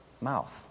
mouth